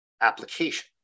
application